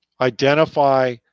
identify